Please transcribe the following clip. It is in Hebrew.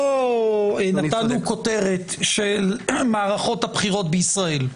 לא נתנו כותרת של מערכות הבחירות בישראל.